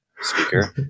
speaker